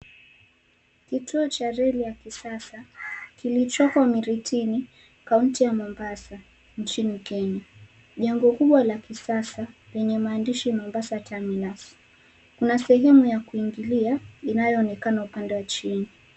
Kituo cha reli ya kisasa, kilichoko Miritini, kaunti ya Mombasa, nchini Kenya. Jengo kubwa la kisasa lenye maandishi, "Mombasa Terminus". Kuna sehemu ya kuingilia inayoonekana upande wa chini.